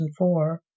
2004